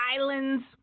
islands